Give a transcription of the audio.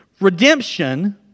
Redemption